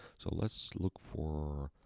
so let's look for